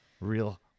real